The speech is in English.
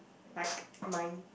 like mine